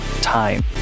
time